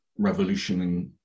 revolutioning